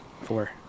Four